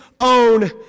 own